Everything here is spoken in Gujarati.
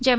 જેમાં